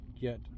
get